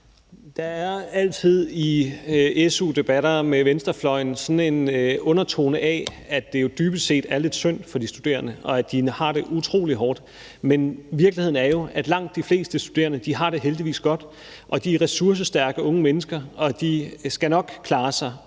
Der er altid i su-debatter med venstrefløjen sådan en undertone af, at det jo dybest set er lidt synd for de studerende, og at de har det utrolig hårdt. Men virkeligheden er jo, at langt de fleste studerende heldigvis har det godt, og at de er ressourcestærke unge mennesker og nok skal klare sig.